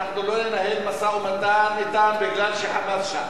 אנחנו לא ננהל משא-ומתן אתם מפני ש"חמאס" שם,